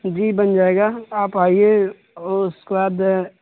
جی بن جائے گا آپ آئیے اور اس کے بعد